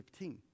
15